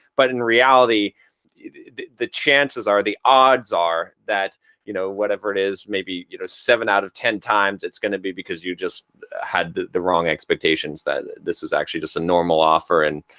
but in reality the the chances are, the odds are that you know whatever it is. maybe you know seven out of ten times it's gonna be because you just had the the wrong expectations that this is actually just a normal offer, and